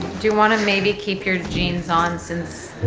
do you wanna maybe keep your jeans on since